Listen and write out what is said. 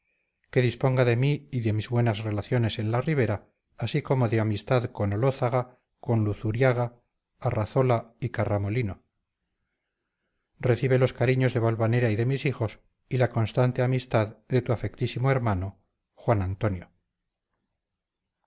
que disponga de mí y de mis buenas relaciones en la ribera así como de mi amistad con olózaga con luzuriaga arrazola y carramolino recibe los cariños de valvanera y de mis hijos y la constante amistad de tu afectísimo hermano juan antonio